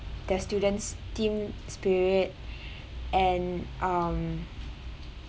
their students' team spirit and um